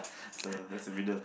so that's the winner